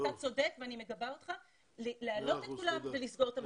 אתה צודק ואני מגבה אותך להעלות את כולם ולסגור את המחנות.